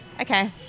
okay